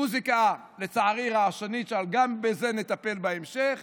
המוזיקה, לצערי, רעשנית, וגם בזה נטפל בהמשך,